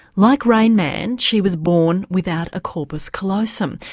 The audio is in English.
like rain man, she was born without a corpus callosum,